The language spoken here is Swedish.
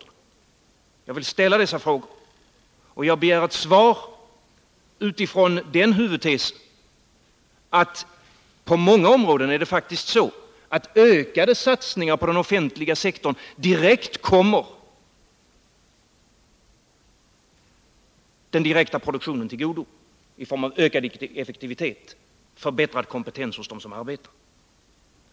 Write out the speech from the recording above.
Jag har velat ställa dessa frågor — och jag begär ett svar — utifrån den huvudtesen att på många områden är det faktiskt så att ökade satsningar på den offentliga sektorn direkt kommer produktionen till godo i form av ökad effektivitet och förbättrad kompetens hos dem som arbetar.